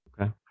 Okay